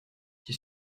qui